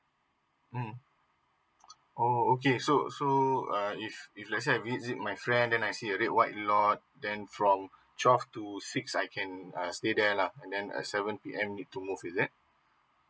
mm oh okay so so if if let's say I is it my friend then next year it white lot then from twelve to six like can I stay there luh and and a seven and it took with that